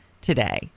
today